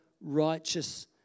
righteous